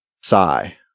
Sigh